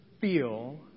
feel